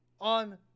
on